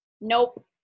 Nope